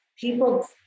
people